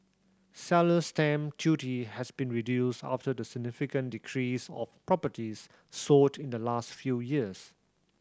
seller's stamp duty has been reduced after the significant decrease of properties sold in the last few years